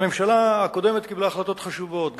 הממשלה הקודמת קיבלה החלטות חשובות,